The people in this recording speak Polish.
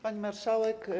Pani Marszałek!